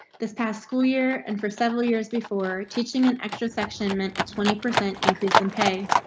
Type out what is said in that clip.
this past school year and for several years before teaching an extra section meant a twenty percent increase in pay.